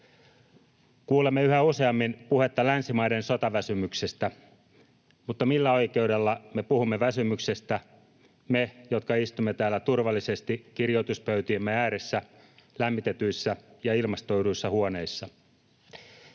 Kuulemme yhä useammin puhetta länsimaiden sotaväsymyksestä, mutta millä oikeudella me puhumme väsymyksestä, me, jotka istumme täällä turvallisesti kirjoituspöytiemme ääressä lämmitetyissä ja ilmastoiduissa huoneissa?